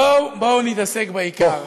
בואו נתעסק בעיקר.